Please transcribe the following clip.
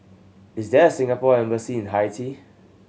is there a Singapore Embassy in Haiti